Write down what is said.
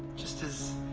just this.